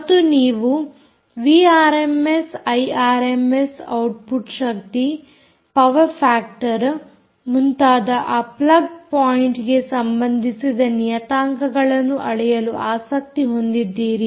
ಮತ್ತು ನೀವು V RMS I RMS output ಶಕ್ತಿ ಪವರ್ ಫಾಕ್ಟರ್ ಮುಂತಾದ ಆ ಪ್ಲಗ್ ಪಾಯಿಂಟ್ಗೆ ಸಂಬಂಧಿಸಿದ ನಿಯತಾಂಕಗಳನ್ನು ಅಳೆಯಲು ಆಸಕ್ತಿಯನ್ನು ಹೊಂದಿದ್ದೀರಿ